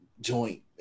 joint